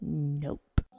nope